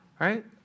right